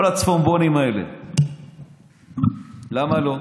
כל הצפונבונים האלה, למה לא?